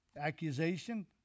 Accusation